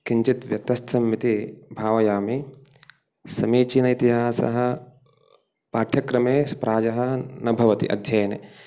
किञ्चित् व्यत्यस्थः इति भावयामि समीचीन इतिहासः पाठ्यक्रमे प्रायः न भवति अध्ययने